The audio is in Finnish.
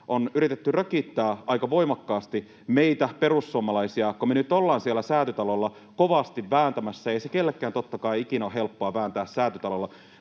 on yritetty rökittää aika voimakkaasti meitä perussuomalaisia, kun me nyt ollaan siellä Säätytalolla kovasti vääntämässä — ei se kenellekään totta kai ikinä ole helppoa vääntää Säätytalolla